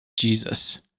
Jesus